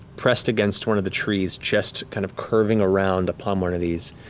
pressed against one of the trees, chest kind of curving around upon one of these,